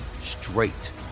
straight